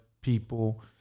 people